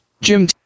Jim